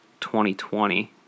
2020